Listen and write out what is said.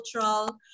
cultural